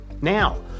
Now